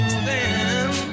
stand